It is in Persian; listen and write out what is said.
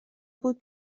بود